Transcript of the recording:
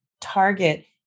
target